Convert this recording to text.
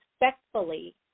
respectfully